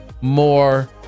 more